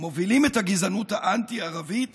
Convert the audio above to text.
מובילים את הגזענות האנטי-ערבית